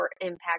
impact